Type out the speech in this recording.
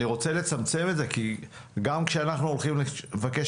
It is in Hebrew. אני רוצה לצמצם את זה כי גם כשאנחנו הולכים לבקש